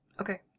Okay